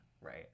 right